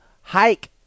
hike